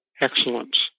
excellence